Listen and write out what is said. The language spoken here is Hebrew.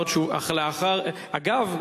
אגב,